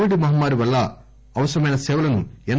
Covid మహమ్మారి వల్ల అవసరమైన సేవలను ఎస్